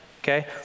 Okay